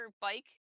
bike